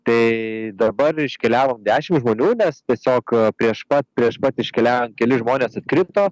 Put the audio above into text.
tai dabar iškeliavom dešimt žmonių nes tiesiog prieš pat prieš pat iškeliaujant keli žmonės atkrito